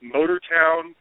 Motortown